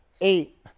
eight